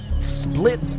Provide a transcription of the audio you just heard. split